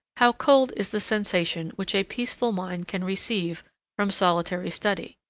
how cold is the sensation which a peaceful mind can receive from solitary study!